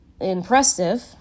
impressive